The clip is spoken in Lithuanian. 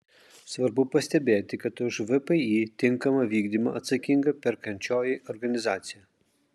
svarbu pastebėti kad už vpį tinkamą vykdymą atsakinga perkančioji organizacija